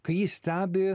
kai jį stebi